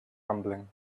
rumbling